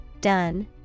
done